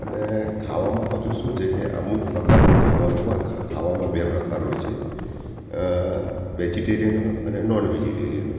અને ખાવામાં પાછું શું છે કે અમુક પ્રકારનું ખાવાનું હોય ખાવામાં બે પ્રકાર હોય છે અ વેજિટેરિયન હોય અને નોન વેજીટેરિયન હોય